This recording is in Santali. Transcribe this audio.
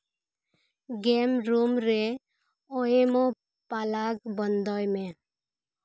ᱜᱮᱢ ᱨᱩᱢ ᱨᱮ ᱚᱭᱮᱢᱟ ᱯᱟᱞᱟᱜᱽ ᱵᱚᱱᱫᱚᱭ ᱢᱮ